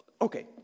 Okay